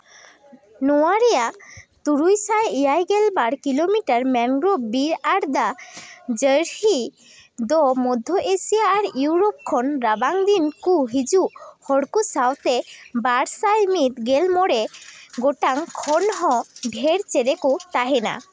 ᱱᱚᱣᱟ ᱨᱮᱭᱟᱜ ᱛᱩᱨᱩᱭ ᱥᱟᱭ ᱮᱭᱟᱭ ᱜᱮᱞ ᱵᱟᱨ ᱠᱤᱞᱳᱢᱤᱴᱟᱨ ᱢᱮᱱᱜᱨᱳᱵᱷ ᱵᱤᱨ ᱟᱨ ᱫᱟᱜ ᱡᱟᱹᱨᱦᱤ ᱫᱚ ᱢᱚᱫᱽᱫᱚ ᱮᱥᱤᱭᱟ ᱟᱨ ᱤᱭᱩᱨᱳᱯ ᱠᱷᱚᱱ ᱨᱟᱵᱟᱝ ᱫᱤᱱ ᱠᱚ ᱦᱤᱡᱩᱜ ᱦᱚᱲ ᱠᱚ ᱥᱟᱶᱛᱮ ᱵᱟᱨ ᱥᱟᱭ ᱢᱤᱫ ᱜᱮᱞ ᱢᱚᱬᱮ ᱜᱚᱴᱟᱝ ᱠᱷᱚᱱ ᱦᱚᱸ ᱰᱷᱮᱨ ᱪᱮᱬᱮ ᱠᱚ ᱛᱟᱦᱮᱱᱟ